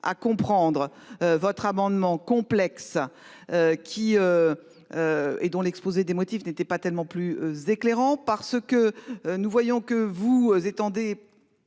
à comprendre votre amendement complexe, dont l'exposé des motifs n'était pas tellement plus éclairant. Nous voyons que vous